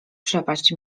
przepaść